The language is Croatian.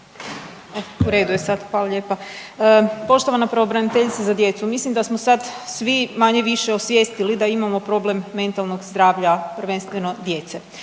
u redu je sad, hvala lijepa. Poštovana pravobraniteljice za djecu, mislim da smo sad svi manje-više osvijestili da imamo problem mentalnog zdravlja prvenstveno djece.